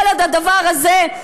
כל עוד הדבר הזה,